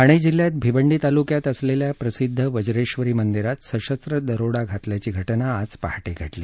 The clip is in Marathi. ठाणे जिल्ह्यात भिवंडी तालुक्यात असलेल्या प्रसिद्ध वज्ञेश्वरी मंदिरात सशस्त्र दरोडा घातल्याची घटना आज पहाटे घडली